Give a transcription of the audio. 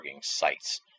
sites